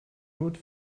route